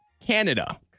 Canada